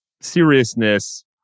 seriousness